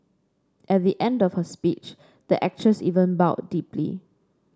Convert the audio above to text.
at the end of her speech the actress even bowed deeply